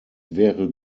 wäre